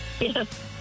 Yes